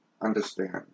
understand